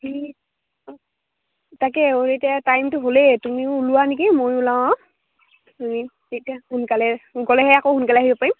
তাকে আৰু এতিয়া টাইমটো হ'লেই তুমিও ওলোৱা নেকি ময়ো ওলাওঁ আৰু তুমি এতিয়া সোনকালে গ'লেহে আকৌ সোনকালে আহিব পাৰিম